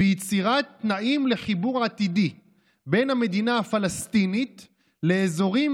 "ויצירת תנאים לחיבור עתידי בין המדינה הפלסטינית לאזורים